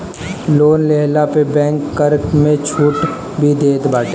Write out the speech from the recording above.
loan लेहला पे bank कर में छुट भी देत बाटे